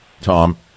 Tom